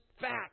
fact